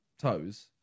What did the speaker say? toes